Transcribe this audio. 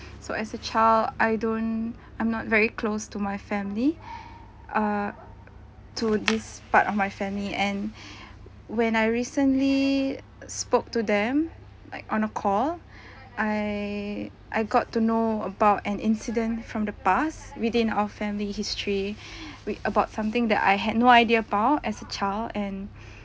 so as a child I don't I'm not very close to my family uh to this part of family and when I recently spoke to them like on a call I I got to know about an incident from the past within our family history with about something that I had no idea about as a child and